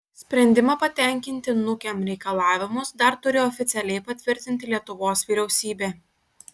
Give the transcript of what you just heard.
sprendimą patenkinti nukem reikalavimus dar turi oficialiai patvirtinti lietuvos vyriausybė